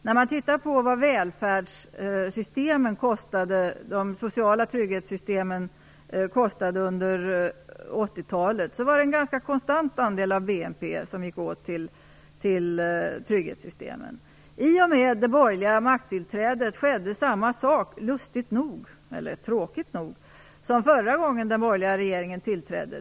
När man ser på vad de sociala trygghetssystemen kostade under 80-talet, finner man att det var en ganska konstant andel av BNP som gick åt till dessa system. I och med det borgerliga makttillträdet skedde lustigt nog - eller tråkigt nog - samma sak som förra gången när en borgerlig regering tillträdde.